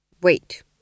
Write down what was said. Wait